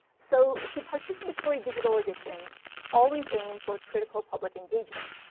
so should participatory digital editions always aim for critical public engagement?